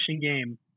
game